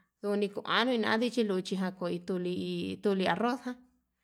Nduni ku anuu nduni chiluchi ján, koi tuli arroz jan.